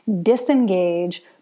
disengage